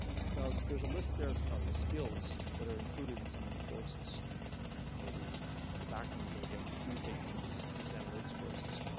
now, there's a list there of the skills that are included in some of the courses or the and the background that you'll get through taking these these analytics courses.